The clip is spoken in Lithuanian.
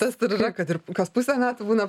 tas ir yra kad ir kas pusę metų būna